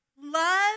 love